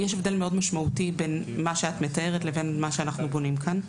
יש הבדל מאוד משמעותי בין מה שאת מתארת לבין מה שאנחנו בונים כאן.